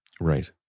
Right